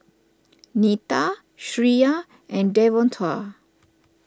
Neta Shreya and Devontae